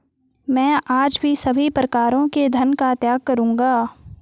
मैं आज सभी प्रकारों के धन का त्याग करूंगा